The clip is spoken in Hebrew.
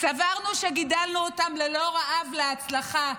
סברנו שגידלנו אותם ללא רעב להצלחה.